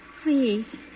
Please